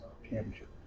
championship